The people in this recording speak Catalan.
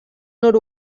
nord